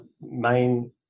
main